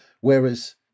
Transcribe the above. Whereas